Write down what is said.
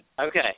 okay